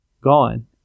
gone